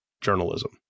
journalism